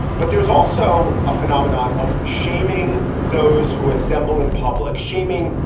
but there's also a phenomenon of shaming those who assemble in public shaming,